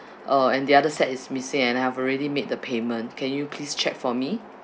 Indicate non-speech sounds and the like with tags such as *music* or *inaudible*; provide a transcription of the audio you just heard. *breath* uh and the other set is missing and I have already made the payment can you please check for me